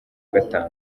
gatanu